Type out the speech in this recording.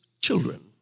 children